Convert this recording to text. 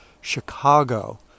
Chicago